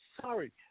sorry